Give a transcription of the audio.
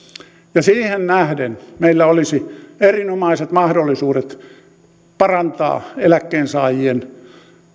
ja siihen nähden meillä olisi erinomaiset mahdollisuudet parantaa eläkkeensaajien